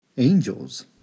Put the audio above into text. angels